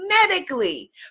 magnetically